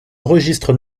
registre